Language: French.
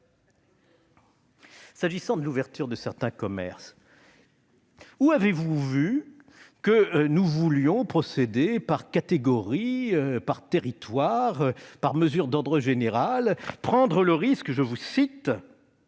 S'agissant de l'ouverture de certains commerces, où avez-vous vu que nous voulions procéder par catégorie, par territoire, par des mesures d'ordre général, prendre le risque, selon vos